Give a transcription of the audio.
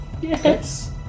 Yes